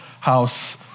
house